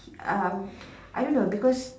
um I don't know because